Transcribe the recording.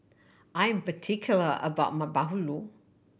I'm particular about my bahulu